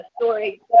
story